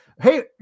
hey